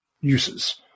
uses